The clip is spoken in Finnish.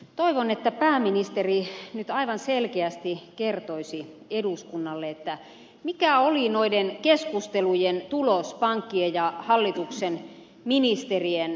toivon että pääministeri nyt aivan selkeästi kertoisi eduskunnalle mikä oli noiden keskustelujen tulos pankkien ja hallituksen ministerien kesken